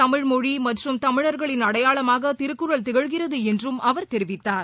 தமிழ் மொழி மற்றும் தமிழர்களின் அடையாளமாக திருக்குறள் திகழ்கிறது என்றும் அவர் தெரிவித்தார்